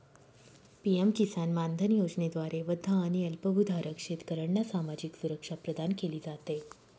PM किसान मानधन योजनेद्वारे वृद्ध आणि अल्पभूधारक शेतकऱ्यांना सामाजिक सुरक्षा प्रदान केली जाते